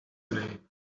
today